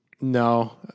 No